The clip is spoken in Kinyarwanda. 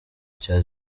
cya